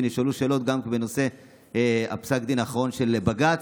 ונשאלו שאלות גם בנושא פסק הדין האחרון של בג"ץ,